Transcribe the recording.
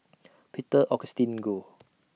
Peter Augustine Goh